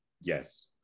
yes